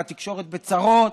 והתקשורת בצרות.